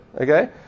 Okay